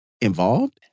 involved